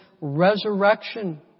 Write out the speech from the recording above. resurrection